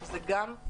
וגם זו אופציה.